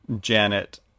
Janet